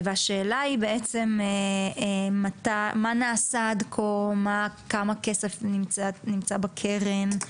השאלה היא בעצם מה נעשה עד כה - כמה כסף נמצא בקרן.